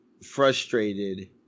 frustrated